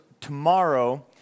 tomorrow